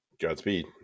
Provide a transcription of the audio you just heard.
Godspeed